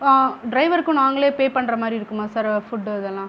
டிரைவருக்கும் நாங்களே பே பண்ணுற மாதிரி இருக்குமா சார் ஃபுட்டு இதெல்லாம்